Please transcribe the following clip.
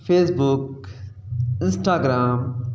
Facebook Instagram